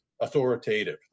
authoritative